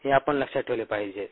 हे आपण लक्षात ठेवले पाहिजे